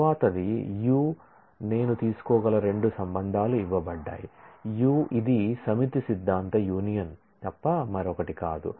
తరువాతిది Ս నేను తీసుకోగల రెండు రిలేషన్లు ఇవ్వబడ్డాయి Ս ఇది సమితి సిద్ధాంత యూనియన్ తప్ప మరొకటి కాదు